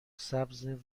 سبز